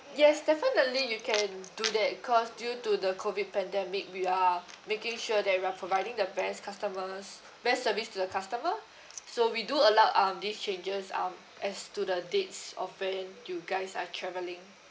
yes definitely you can do that cause due to the COVID pandemic we are making sure that we're providing the best customer s~ best service to the customer so we do allow um these changes um as to the dates of when you guys are travelling